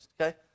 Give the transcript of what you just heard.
okay